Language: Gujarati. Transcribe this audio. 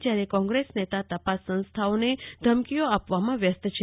જયારે કોંગ્રેસ નેતા તપાસ સંસ્થાઓને ધમકીઓ આપવામાં વ્યસ્ત છે